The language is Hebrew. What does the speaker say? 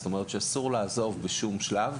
כלומר שאסור לעזוב בשום שלב.